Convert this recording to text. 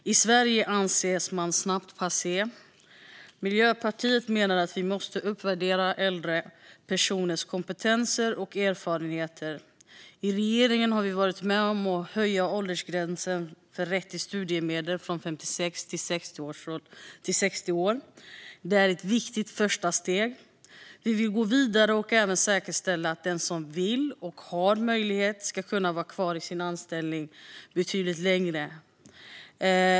I Sverige anses man snabbt passé. Miljöpartiet menar att vi måste uppvärdera äldre personers kompetenser och erfarenheter. I regeringen har vi varit med om att höja åldersgränsen för rätt till studiemedel från 56 till 60 år. Det är ett viktigt första steg. Vi vill gå vidare och även säkerställa att den som vill och har möjlighet ska kunna vara kvar i sin anställning betydligt längre.